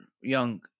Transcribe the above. young